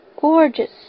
gorgeous